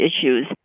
issues